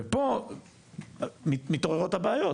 ופה מתעוררות הבעיות,